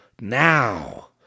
Now